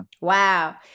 Wow